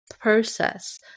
process